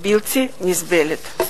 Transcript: בלתי נסבלת.